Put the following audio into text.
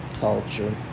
culture